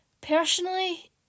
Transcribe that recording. Personally